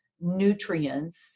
nutrients